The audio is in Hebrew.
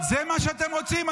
זה מה שאתם רוצים?